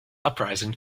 uprising